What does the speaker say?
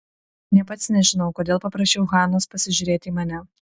nė pats nežinau kodėl paprašiau hanos pasižiūrėti į mane